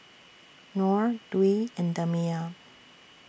Nor Dwi and Damia